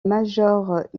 major